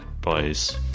boys